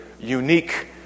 unique